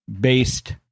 based